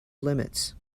limits